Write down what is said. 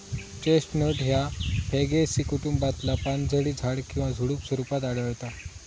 chestnut ह्या फॅगेसी कुटुंबातला पानझडी झाड किंवा झुडुप स्वरूपात आढळता